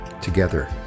Together